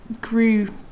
grew